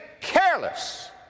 careless